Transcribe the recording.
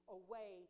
away